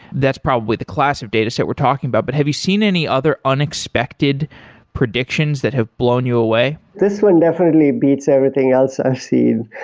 that's probably the class of dataset we're talking about, but have you seen any other unexpected predictions that have blown you away? this one definitely beats everything else i've seen.